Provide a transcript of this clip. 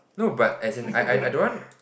no but as in I I I don't want